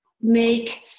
make